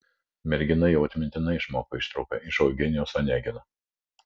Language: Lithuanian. mergina jau atmintinai išmoko ištrauką iš eugenijaus onegino